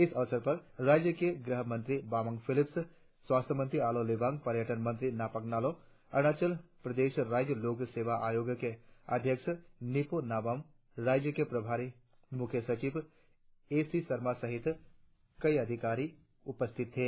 इस अवसर पर राज्य के गृहमंत्री बामंग फेलिक्स स्वास्थ्य मंत्री आलो लिबांग पर्यटन मंत्री नाकाप नालो अरुणाचल प्रदेश राज्य लोक सेवा आयोग के अध्यक्ष निपो नाबम राय़्य के प्रभारी मुख्य सचिव ए सी शर्मा सहित कई आलाधिकारी उपस्थित थे